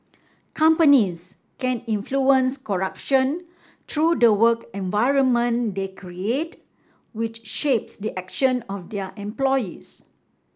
companies can influence corruption through the work environment they create which shapes the actions of their employees